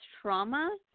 trauma